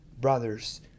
brothers